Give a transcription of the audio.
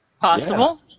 Possible